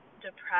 depressed